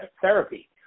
therapy